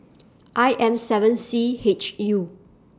I M seven C H U